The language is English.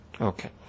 Okay